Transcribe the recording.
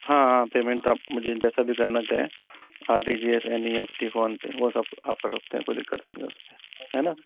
हाँ हाँ पेमेंट आप मुझे जैसे भी करना चाहे फोनपे वो सब आप कर सकते है कोई दिक्कत नहीं है उसमें है ना